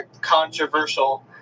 controversial